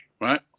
Right